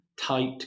tight